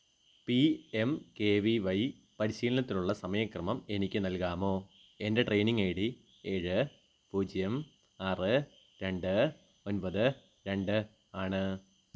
P M K V Y പരിശീലനത്തിനുള്ള സമയക്രമം എനിക്ക് നൽകാമോ എന്റെ ട്രെയിനിങ്ങ് ഐ ഡി ഏഴ് പൂജ്യം ആറ് രണ്ട് ഒന്പത് രണ്ട് ആണ്